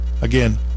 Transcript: Again